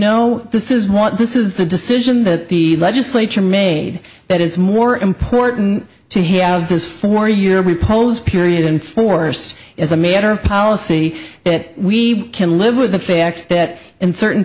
know this is what this is the decision that the legislature made that is more important to him as it is for your repose period and forced as a matter of policy that we can live with the fact that in certain